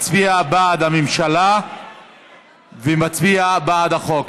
מצביע בעד הממשלה ומצביע בעד החוק,